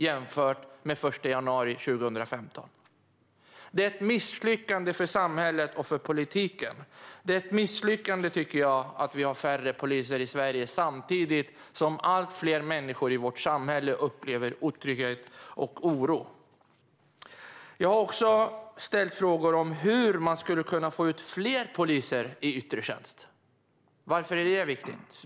Det är ett misslyckande för samhället och politiken. Det är ett misslyckande att vi har färre poliser i Sverige samtidigt som allt fler människor i vårt samhälle upplever otrygghet och oro. Jag har också ställt frågor om hur man skulle kunna få ut fler poliser i yttre tjänst. Varför är då detta viktigt?